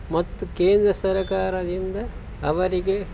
ಮತ್ತು ಕೇಂದ್ರ ಸರಕಾರದಿಂದ ಅವರಿಗೆ